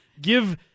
give –